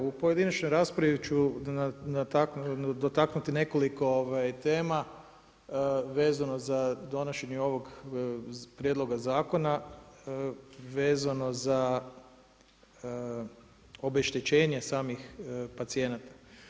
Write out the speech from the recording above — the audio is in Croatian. Evo u pojedinačnoj raspravi ću dotaknuti nekoliko tema vezano za donošenje ovog Prijedloga zakona, vezano za obeštećenje samih pacijenata.